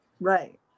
Right